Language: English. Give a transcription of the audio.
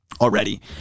already